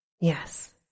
Yes